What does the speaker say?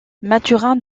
mathurin